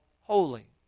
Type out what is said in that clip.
holy